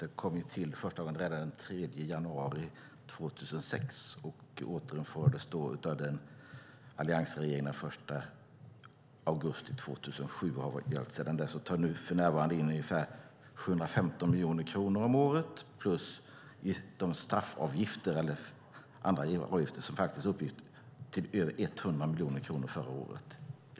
Den kom till för första gången redan den 3 januari 2006 och återinfördes av alliansregeringen den 1 augusti 2007 och funnits alltsedan dess. Den tar för närvarande i detta område in 715 miljoner kronor om året plus de straffavgifter eller andra avgifter som uppgick till över 100 miljoner kronor förra året.